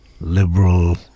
liberal